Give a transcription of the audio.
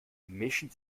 mischen